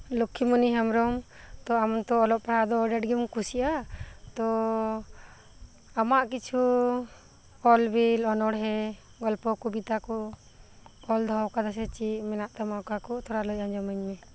ᱞᱚᱠᱠᱷᱤ ᱢᱚᱱᱤ ᱦᱮᱢᱵᱽᱨᱚᱢ ᱛᱚ ᱟᱢ ᱛᱚ ᱚᱞᱚᱜ ᱯᱟᱲᱦᱟᱜ ᱟᱰᱤ ᱟᱸᱴ ᱜᱮᱢ ᱠᱩᱥᱤᱭᱟᱜᱼᱟ ᱛᱚ ᱟᱢᱟᱜ ᱠᱤᱪᱷᱩ ᱚᱞ ᱵᱮᱞ ᱚᱱᱚᱬᱦᱮ ᱜᱚᱞᱯᱚ ᱠᱚᱵᱤᱛᱟ ᱠᱚ ᱚᱞ ᱫᱚᱦᱚ ᱟᱠᱟᱫᱟ ᱥᱮ ᱪᱮᱫ ᱢᱮᱱᱟᱜ ᱛᱟᱢᱟ ᱚᱠᱟᱠᱚ ᱛᱷᱚᱲᱟ ᱞᱟᱹᱭ ᱟᱸᱡᱚᱢᱟᱹᱧ ᱢᱮ